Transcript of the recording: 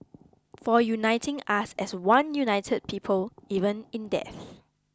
for uniting us as one united people even in death